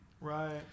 right